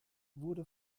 wurde